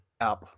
app